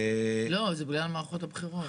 לא, זה בגלל מערכות הבחירות.